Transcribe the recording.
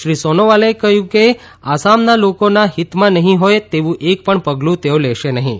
શ્રી સોનોવાલે કહ્યું કે આસામના લોકોના હિતમાં નહીં હોય તેવું એકપણ પગલું તેઓ લેશે નહીં